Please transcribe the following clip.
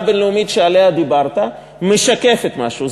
הבין-לאומית שעליה דיברת משקפת משהו,